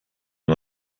nur